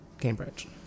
Cambridge